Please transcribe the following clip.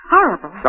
Horrible